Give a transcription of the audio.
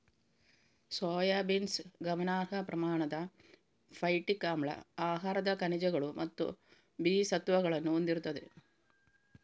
soybeans ಗಮನಾರ್ಹ ಪ್ರಮಾಣದ phytic ಆಮ್ಲ, ಆಹಾರದ ಖನಿಜಗಳು ಮತ್ತು ಬಿ ಜೀವಸತ್ವಗಳನ್ನು ಹೊಂದಿರುತ್ತದೆ